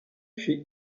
fit